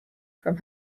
from